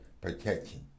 protection